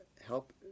help